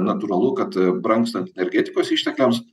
natūralu kad brangstant energetikos ištekliams